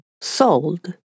sold